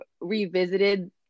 revisited